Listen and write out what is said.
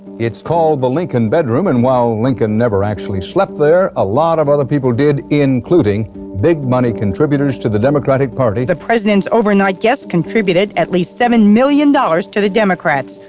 it's called the lincoln bedroom. and while lincoln never actually slept there, a lot of other people did, including big-money contributors to the democratic party. the president's overnight guests contributed at least seven million dollars dollars to the democrats.